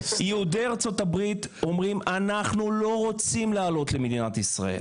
יהודי ארצות הברית אומרים "אנחנו לא רוצים לעלות למדינת ישראל.